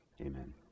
Amen